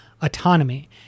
autonomy